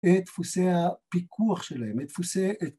את דפוסי הפיקוח שלהם, את דפוסי